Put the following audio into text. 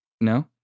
No